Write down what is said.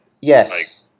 Yes